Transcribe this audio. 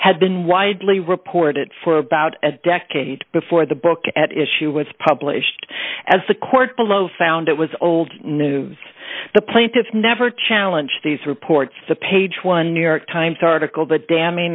has been widely reported for about a decade before the book at issue was published as the court below found it was old news the plaintiffs never challenge these reports of page one new york times article the damning